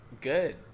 Good